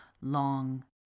long